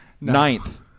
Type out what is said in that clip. ninth